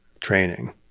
training